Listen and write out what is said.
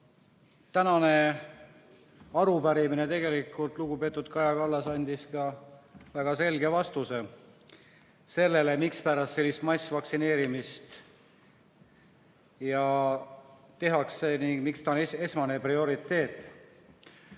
Tänasel arupärimisel andis lugupeetud Kaja Kallas väga selge vastuse sellele, mispärast sellist massvaktsineerimist tehakse ning miks see on esmane prioriteet.